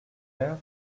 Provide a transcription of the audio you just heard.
heure